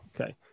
Okay